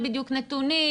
אין בדיוק נתונים.